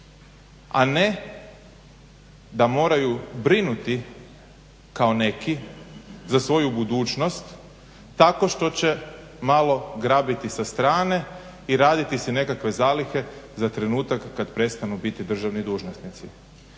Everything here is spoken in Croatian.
a ne da moraju brinuti kao neki za svoju budućnost tako što će malo grabiti sa strane i raditi si nekakve zalihe za trenutak kad prestanu biti državni dužnosnici.